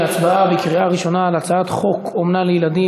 להצבעה בקריאה ראשונה על הצעת חוק אומנה לילדים